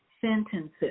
sentences